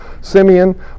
Simeon